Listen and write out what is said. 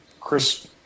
Chris